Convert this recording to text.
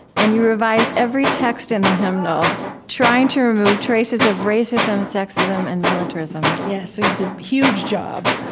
and you revised every text in the hymnal trying to remove traces of racism, sexism, and militarism yes. it was a huge job